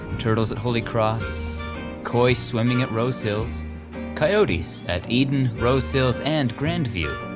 turtles at holy cross koi swimming at rose hills coyotes at eden, rose hills, and grand view.